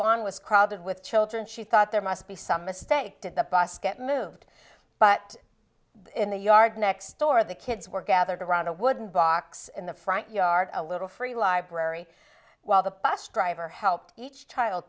lawn was crowded with children she thought there must be some mistake did the bus get moved but in the yard next door the kids were gathered around a wooden box in the front yard a little free library while the bus driver helped each child